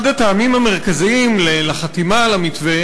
אחד הטעמים המרכזיים לחתימה על המתווה